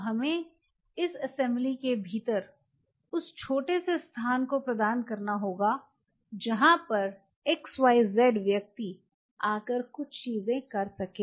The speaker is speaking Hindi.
तो हमें इस असेंबली के भीतर उस छोटे से स्थान को प्रदान करना होगा जहां पर xyz व्यक्ति आकर कुछ चीजें कर सके